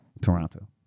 Toronto